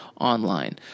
online